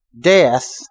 death